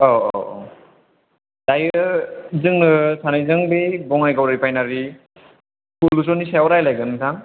औ औ औ दायो जोङो सानैजों बे बङाइगाव रिफायनारि पलिउसननि सायाव रायज्लायगोन नोंथां